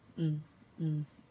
mm mm